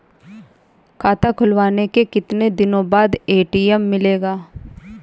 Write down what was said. खाता खुलवाने के कितनी दिनो बाद ए.टी.एम मिलेगा?